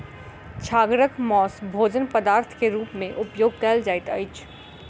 छागरक मौस भोजन पदार्थ के रूप में उपयोग कयल जाइत अछि